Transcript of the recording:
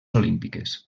olímpiques